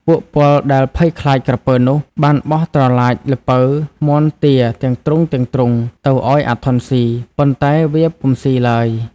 ពួកពលដែលភ័យខ្លាចក្រពើនោះ បានបោះត្រឡាច ល្ពៅ មាន់ ទា ទាំងទ្រុងៗ ទៅឲ្យអាធន់ស៊ី ប៉ុន្តែវាពុំស៊ីឡើយ។